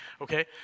okay